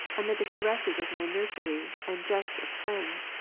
amid the caresses of my nursery and jests of friends,